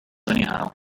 anyhow